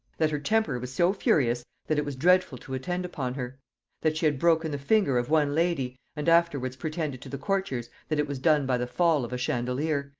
that her temper was so furious that it was dreadful to attend upon her that she had broken the finger of one lady, and afterwards pretended to the courtiers that it was done by the fall of a chandelier,